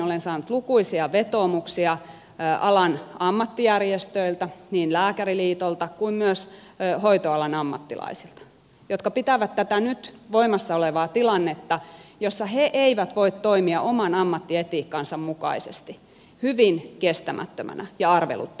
olen saanut lukuisia vetoomuksia alan ammattijärjestöiltä niin lääkäriliitolta kuin myös hoitoalan ammattilaisilta jotka pitävät tätä nyt voimassa olevaa tilannetta jossa he eivät voi toimia oman ammattietiikkansa mukaisesti hyvin kestämättömänä ja arveluttavana